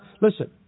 Listen